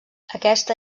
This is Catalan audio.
aquesta